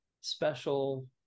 special